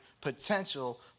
potential